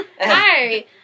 Hi